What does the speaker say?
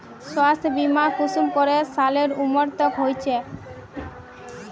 स्वास्थ्य बीमा कुंसम करे सालेर उमर तक होचए?